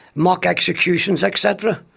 mock executions et cetera.